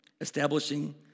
establishing